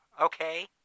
Okay